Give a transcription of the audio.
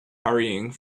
hurrying